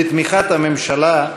בתמיכת הממשלה,